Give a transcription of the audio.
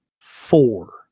four